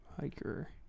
hiker